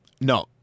No